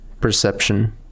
perception